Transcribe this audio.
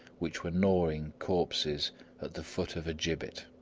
which were gnawing corpses at the foot of a gibbet.